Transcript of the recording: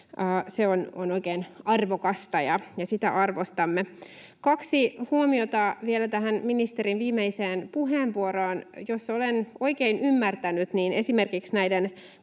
Se on oikein arvokasta, ja sitä arvostamme. Kaksi huomiota vielä tähän ministerin viimeiseen puheenvuoroon: Jos olen oikein ymmärtänyt, niin esimerkiksi näiden